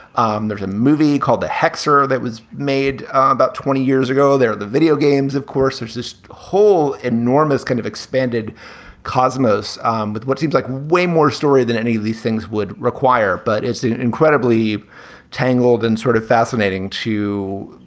um there's a movie called the hexa that was made about twenty years ago there, the video games, of course, there's this whole enormous kind of expanded cosmos with what seems like way more story than any of these things would require. but it's an incredibly tangled and sort of fascinating to